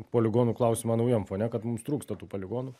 poligonų klausimą naujam fone kad mums trūksta tų poligonų